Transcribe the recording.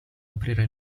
aprire